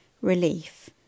relief